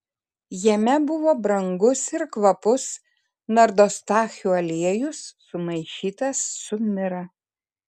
jame buvo brangus ir kvapus nardostachių aliejus sumaišytas su mira